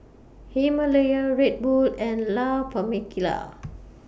Himalaya Red Bull and La Famiglia